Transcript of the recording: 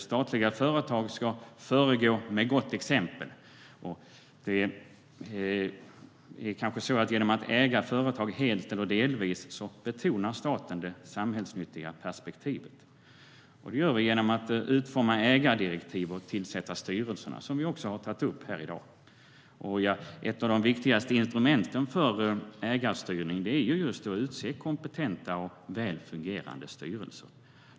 Statliga företag ska föregå med gott exempel. Genom att äga företag helt eller delvis betonar staten det samhällsnyttiga perspektivet. Det gör vi genom att utforma ägardirektiv och tillsätta styrelserna, vilket också tagits upp här i dag. Ett av de viktigaste instrumenten för ägarstyrning är just att utse kompetenta och väl fungerande styrelser.